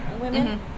women